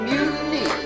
Mutiny